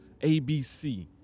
abc